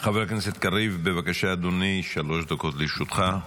חבר הכנסת קריב, בבקשה אדוני, שלוש דקות לרשותך.